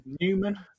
Newman